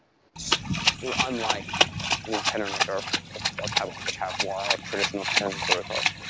so unlike and and tenerent or or pebble, which have more like traditional consensus protocols,